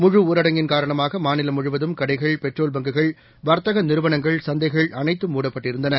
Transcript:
முழு ஊரடங்கின் காரணமாக மாநிலம் முழுவதும் கடைகள் பெட்ரோல் பங்க்குகள் வர்த்தக நிறுவனங்கள் சந்தைகள் அனைத்தும் மூடப்பட்டிருந்தன